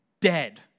dead